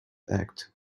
act